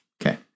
Okay